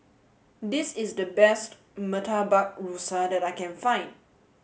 this is the best Murtabak Rusa that I can find